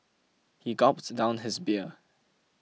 he gulped down his beer